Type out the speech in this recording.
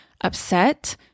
upset